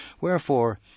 Wherefore